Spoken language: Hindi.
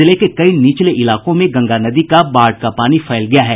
जिले के कई निचले इलाकों में गंगा नदी का बाढ़ का पानी फैल गया है